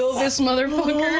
this motherfucker.